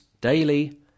daily